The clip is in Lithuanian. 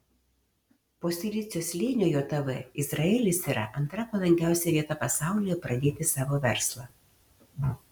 po silicio slėnio jav izraelis yra antra palankiausia vieta pasaulyje pradėti savo verslą